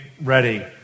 ready